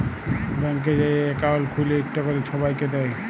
ব্যাংকে যাঁয়ে একাউল্ট খ্যুইলে ইকট ক্যরে ছবাইকে দেয়